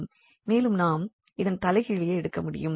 மேலும் நாம் இதன் தலைகீழியை எடுக்கமுடியும்